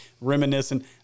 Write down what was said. reminiscing